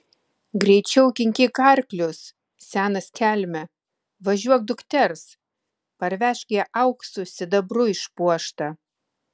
greičiau kinkyk arklius senas kelme važiuok dukters parvežk ją auksu sidabru išpuoštą